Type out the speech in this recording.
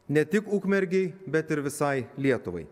ne tik ukmergei bet ir visai lietuvai